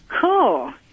Cool